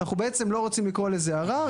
אנחנו בעצם לא רוצים לקרוא לזה ערר,